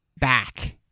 back